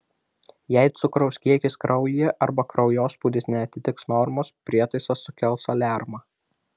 jei cukraus kiekis kraujyje arba kraujospūdis neatitiks normos prietaisas sukels aliarmą